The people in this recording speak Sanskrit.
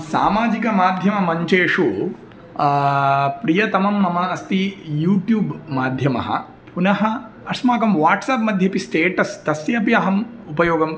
सामाजिकमाध्यममञ्चेषु प्रियतमं मम अस्ति यूट्यूब् माध्यमः पुनः अस्माकम् वाट्सप्मध्येपि स्टेटस् तस्यापि अहम् उपयोगम्